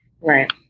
Right